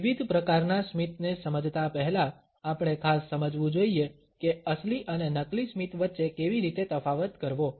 વિવિધ પ્રકારના સ્મિતને સમજતા પહેલા આપણે ખાસ સમજવું જોઈએ કે અસલી અને નકલી સ્મિત વચ્ચે કેવી રીતે તફાવત કરવો